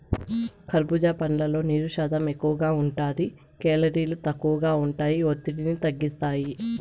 కర్భూజా పండ్లల్లో నీరు శాతం ఎక్కువగా ఉంటాది, కేలరీలు తక్కువగా ఉంటాయి, ఒత్తిడిని తగ్గిస్తాయి